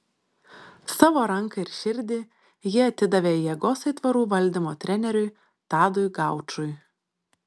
savo ranką ir širdį ji atidavė jėgos aitvarų valdymo treneriui tadui gaučui